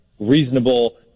reasonable